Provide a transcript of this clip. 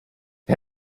die